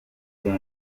king